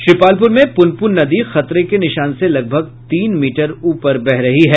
श्रीपालपुर में पुनपुन नदी खतरे के निशान से लगभग तीन मीटर ऊपर बह रही है